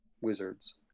wizards